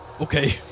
okay